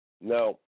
Now